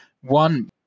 One